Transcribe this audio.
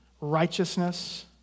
righteousness